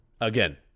again